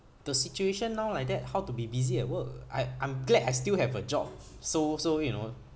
the situation now like that how to be busy at work I I'm glad I still have a job so so you know